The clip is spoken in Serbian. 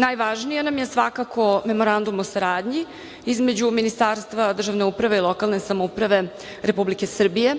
Najvažnije nam je svakako Memorandum o saradnji između Ministarstva državne uprave i lokalne samouprave Republike Srbije